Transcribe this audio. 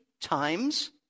times